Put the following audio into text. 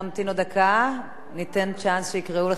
ניתן צ'אנס שיקראו לחבר הכנסת עפו אגבאריה.